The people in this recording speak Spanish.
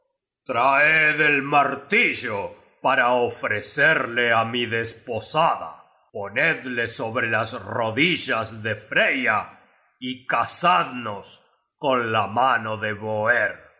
traed el martillo para ofrecerle á mi desposada ponedle sobre las rodillas de freya y casadnos con la mano de